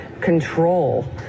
control